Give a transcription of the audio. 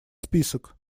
список